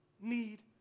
need